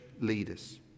leaders